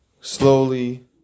slowly